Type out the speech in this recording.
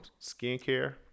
skincare